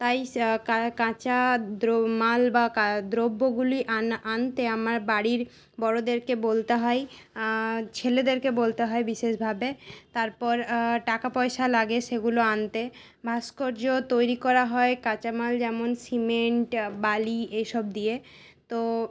তাই কাঁচা মাল বা দ্রব্যগুলি আনতে আমার বাড়ির বড়দেরকে বলতে হয় ছেলেদেরকে বলতে হয় বিশেষভাবে তারপর টাকাপয়সা লাগে সেগুলো আনতে ভাস্কর্য তৈরি করা হয় কাঁচা মাল যেমন সিমেন্ট বালি এইসব দিয়ে তো